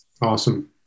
Awesome